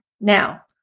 Now